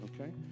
okay